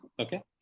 okay